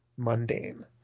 mundane